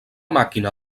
màquina